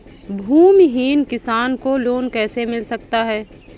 भूमिहीन किसान को लोन कैसे मिल सकता है?